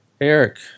Eric